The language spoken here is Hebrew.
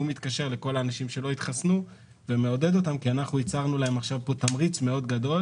אנחנו ייצרנו להם עכשיו תמריץ מאוד גדול